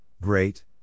great